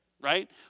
right